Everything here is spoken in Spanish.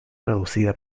reducida